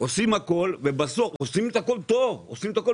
עושים את הכול טוב ומצוין,